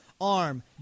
arm